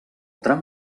tram